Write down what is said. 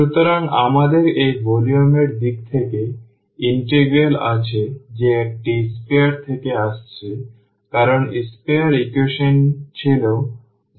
সুতরাং আমাদের এই ভলিউম এর দিক থেকে ইন্টিগ্রাল আছে যে এটি sphere থেকে আসছে কারণ sphere ইকুয়েশন ছিল z2x2y2a2